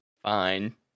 Fine